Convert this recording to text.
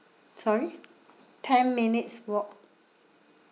sorry ten minutes walk